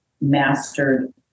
mastered